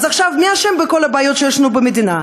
אז עכשיו מי אשם בכל הבעיות שיש לנו במדינה?